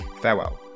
farewell